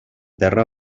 terra